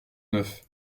neuf